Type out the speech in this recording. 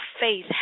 faith